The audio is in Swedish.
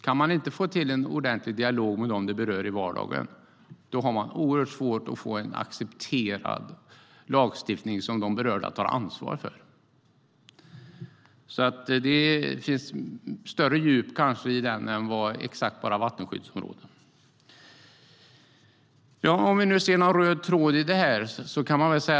Kan man inte få till en ordentlig dialog med dem som det berör i vardagen, då är det oerhört svårt att få en accepterad lagstiftning som de berörda tar ansvar för. Det finns nog större djup i den reservationen än bara vattenskyddsområden. Finns det någon röd tråd i detta?